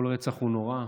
כל רצח הוא נורא,